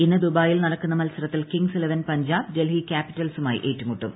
ഇന്ന് ദുബായിയിൽ നടക്കുന്നു് മത്സരത്തിൽ കിങ്സ് ഇലവൻ പഞ്ചാബ് ഡൽഹി ക്യാപ്പിറ്റ്ൽസ്ുമായി ഏറ്റുമുട്ടും